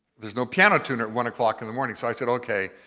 there's no piano tuner at one o'clock in the morning. so i said, okay.